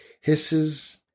hisses